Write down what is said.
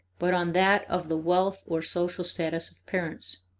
but on that of the wealth or social status of parents.